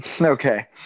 Okay